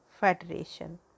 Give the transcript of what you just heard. federation